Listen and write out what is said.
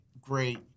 great